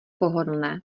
pohodlné